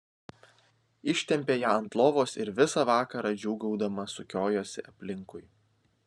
ištempė ją ant lovos ir visą vakarą džiūgaudama sukiojosi aplinkui